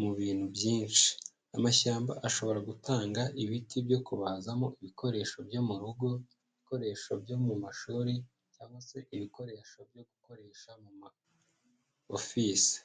mu bintu byinshi, amashyamba ashobora gutanga ibiti byo kubazamo ibikoresho byo mu rugo, ibikoresho byo mu mashuri cyangwa se ibikoresho byo gukoresha mu ma ofisi.